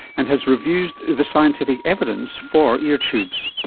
and has reviewed the scientific evidence for ear tubes.